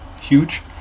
huge